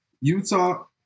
Utah